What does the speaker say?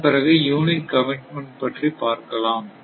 அதன்பிறகு unit commitment பற்றி பார்க்கலாம்